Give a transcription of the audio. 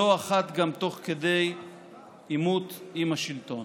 לא אחת גם תוך עימות עם השלטון.